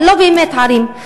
אלה לא באמת ערים,